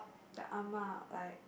the ah-ma like